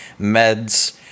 meds